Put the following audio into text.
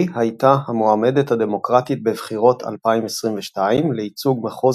לי הייתה המועמדת הדמוקרטית בבחירות 2022 לייצוג מחוז